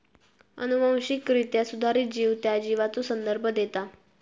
अनुवांशिकरित्या सुधारित जीव त्या जीवाचो संदर्भ देता